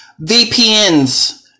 VPNs